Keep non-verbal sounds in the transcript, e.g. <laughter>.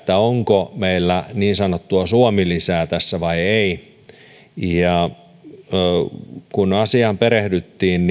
onko meillä niin sanottua suomi lisää tässä vai ei asiaan perehdyttiin <unintelligible>